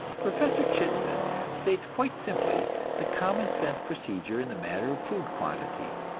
professor chittenden states quite simply the common sense procedure in the matter of food quantity.